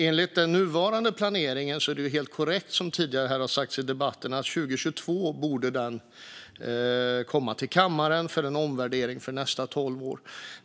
Enligt den nuvarande planeringen är det helt korrekt som sagts tidigare i debatten att 2022 borde planen komma till kammaren för omvärdering inför nästa tolv år.